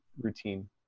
routine